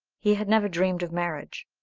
he had never dreamed of marriage.